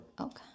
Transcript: Okay